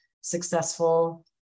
successful